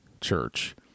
church